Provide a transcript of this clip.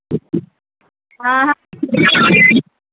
हँ हँ